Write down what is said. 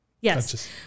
Yes